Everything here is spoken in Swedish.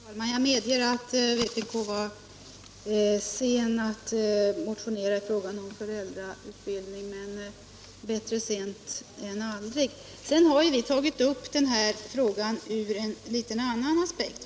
Herr talman! Jag medger att vpk var sen att motionera i frågan om föräldrautbildning, men bättre sent än aldrig. Vi har tagit upp den här frågan ur en litet annan aspekt.